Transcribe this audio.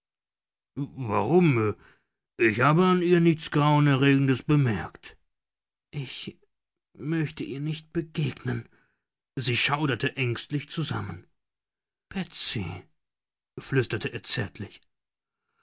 warum ich habe an ihr nichts grauenerregendes bemerkt ich möchte ihr nicht begegnen sie schauderte ängstlich zusammen betsy flüsterte er zärtlich